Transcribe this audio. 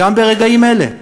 גם ברגעים אלה.